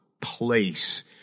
place